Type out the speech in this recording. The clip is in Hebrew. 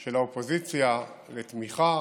של האופוזיציה לתמיכה